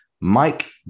Mike